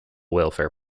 welfare